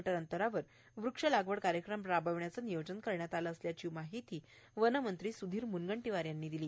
मी अंतरावर वृक्षलागवड कार्यक्रम राबविण्याचे नियोजन करण्यात आले आहे अशी माहिती वनमंत्री सुधीर मुनगंटीवार यांनी दिली